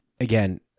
again